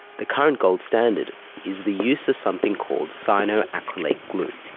the current gold standard is the use of something called cyanoacrylate glue.